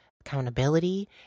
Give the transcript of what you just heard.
accountability